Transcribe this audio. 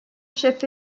chefs